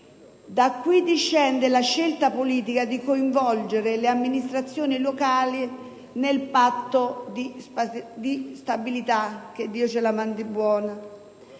Da qui discende la scelta politica di coinvolgere le amministrazioni locali nel Patto di stabilità: che Dio ce la mandi buona!